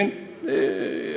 כן,